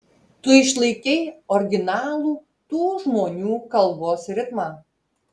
tu išlaikei originalų tų žmonių kalbos ritmą